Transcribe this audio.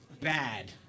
bad